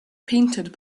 painted